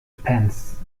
pence